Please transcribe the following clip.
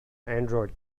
android